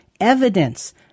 Evidence